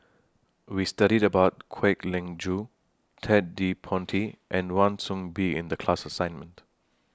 We studied about Kwek Leng Joo Ted De Ponti and Wan Soon Bee in The class assignment